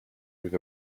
with